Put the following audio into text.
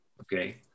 Okay